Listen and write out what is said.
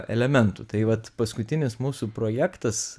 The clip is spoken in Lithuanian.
elementų tai vat paskutinis mūsų projektas